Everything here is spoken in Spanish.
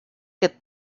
que